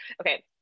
okay